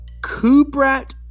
Kubrat